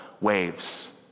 waves